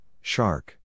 shark